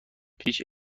هیچ